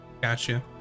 Gotcha